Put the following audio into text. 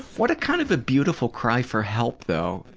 what a kind of beautiful cry for help though.